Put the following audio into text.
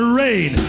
rain